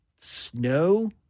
Snow